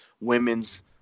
women's